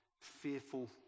fearful